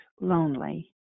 lonely